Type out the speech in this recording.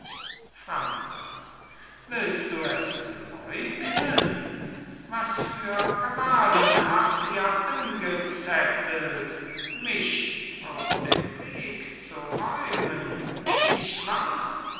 franz willst du es läugnen was für kabalen habt ihr angezettelt mich aus dem weg zu räumen nicht wahr